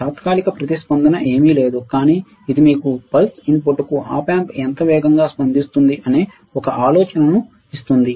తాత్కాలిక ప్రతిస్పందన ఏమీ కాదు కానీ ఇది మీకు పల్స్ ఇన్పుట్కు Op amp ఎంత వేగంగా స్పందిస్తుంది అనే ఒక ఆలోచనను ఇస్తుంది